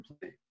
play